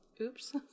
Oops